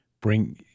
bring